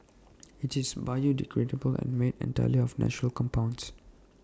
IT is biodegradable and made entirely of natural compounds